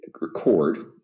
record